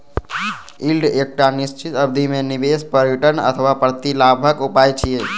yield एकटा निश्चित अवधि मे निवेश पर रिटर्न अथवा प्रतिलाभक उपाय छियै